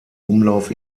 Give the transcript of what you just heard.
umlauf